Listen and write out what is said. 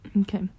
Okay